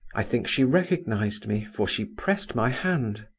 i think she recognized me, for she pressed my hand.